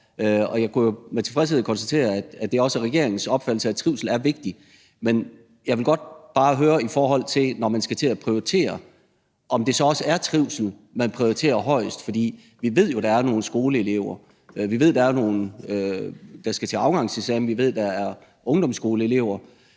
Og jeg kunne jo med tilfredshed konstatere, at det også er regeringens opfattelse, at trivsel er vigtig. Men jeg vil godt bare høre, i forhold til når man skal til at prioritere, om det så også er trivsel, man prioriterer højst. For vi ved, der er nogle skoleelever, vi ved, der er nogle, der skal til afgangseksamen, vi ved, der er ungdomsskoleelever,